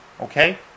Okay